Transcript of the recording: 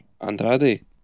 Andrade